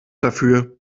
dafür